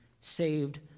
saved